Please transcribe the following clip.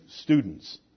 students